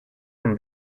from